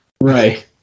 Right